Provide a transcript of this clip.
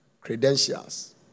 credentials